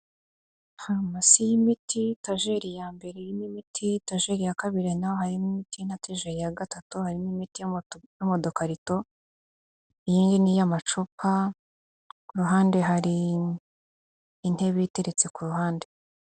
Farumasi y'imiti tageri ya mbere imit, itageri ya kabiri naho harimo imiti na itigeri ya gatatu harimo imiti no mudukarito iyi yo ni iyo mu ducupa ku ruhande hari intebe iteretse ku ruhande.